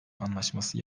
anlaşması